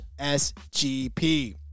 SGP